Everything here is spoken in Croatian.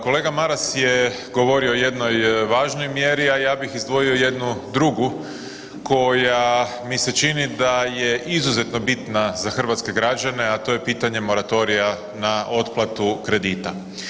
Kolega Maras je govorio o jednoj važnoj mjeri, a ja bih izdvojio jednu drugu koja mi se čini da je izuzetno bitna za hrvatske građane, a to je pitanje moratorija na otplatu kredita.